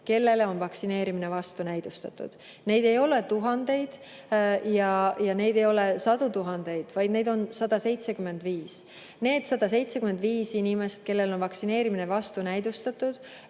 kellele on vaktsineerimine vastunäidustatud. Neid ei ole tuhandeid ja neid ei ole sadu tuhandeid, vaid neid on 175. Nendele 175 inimesele, kellele on vaktsineerimine vastunäidustatud,